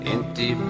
Empty